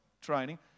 training